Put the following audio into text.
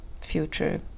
future